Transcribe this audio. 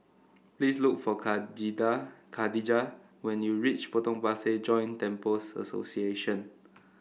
please look for Khadijah when you reach Potong Pasir Joint Temples Association